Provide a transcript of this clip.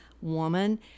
woman